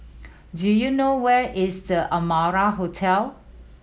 do you know where is The Amara Hotel